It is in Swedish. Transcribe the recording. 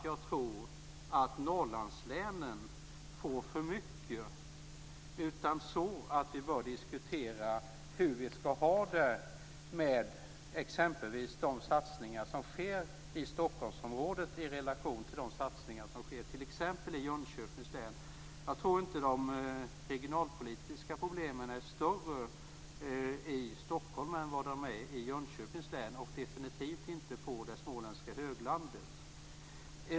Jag tror inte att Norrlandslänen får för mycket. Men jag tror att vi skall diskutera hur vi skall ha det med de satsningar som sker i Stockholmsområdet i relation till de satsningar som sker t.ex. i Jönköpings län. Jag tror inte att de regionalpolitiska problemen är större i Stockholm än vad de är i Jönköpings län och definitivt inte på det småländska höglandet.